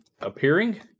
appearing